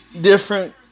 different